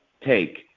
take